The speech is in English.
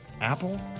Apple